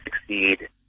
succeed